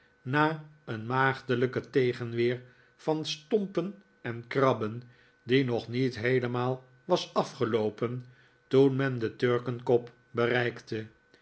na een maagdelijken tegenweer van stompen en krabben die nog niet heelemaal was afgeloopen toen men de turkenkop bereikte